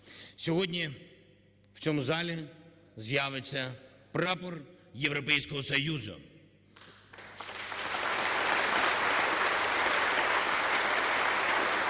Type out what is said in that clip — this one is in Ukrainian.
Сьогодні в цьому залі з'явиться прапор Європейського Союзу. (Оплески)